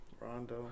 Rondo